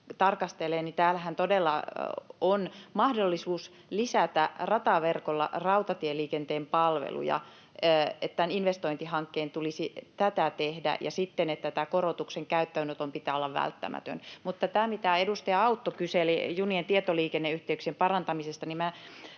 tarkastelee, niin täällähän todella on mahdollisuus lisätä rataverkolla rautatieliikenteen palveluja. Tämän investointihankkeen tulisi tätä tehdä, ja sitten, että tämän korotuksen käyttöönoton pitää olla välttämätön. Mutta tämä, mitä edustaja Autto kyseli junien tietoliikenneyhteyksien parantamisesta, niin